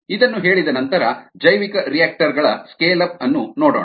ಇದನ್ನು ಹೇಳಿದ ನಂತರ ಜೈವಿಕರಿಯಾಕ್ಟರ್ ಗಳ ಸ್ಕೇಲ್ ಅಪ್ ಅನ್ನು ನೋಡೋಣ